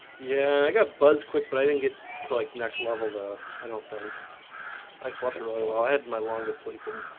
yeah i got buzzed quick, but i didn't get to like next level though. i don't think i slept really well. i had my longest sleeping